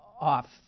off